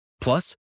Plus